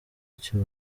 icyo